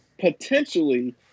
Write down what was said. potentially